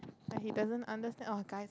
like he doesn't understand or guys